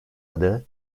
adı